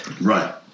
right